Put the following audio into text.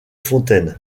fontaine